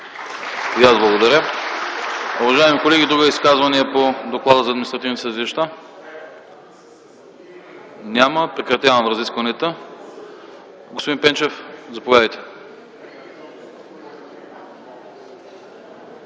И аз благодаря. Уважаеми колеги, други изказвания по Доклада за административните съдилища? Няма. Прекратявам разискванията. Господин Пенчев, заповядайте.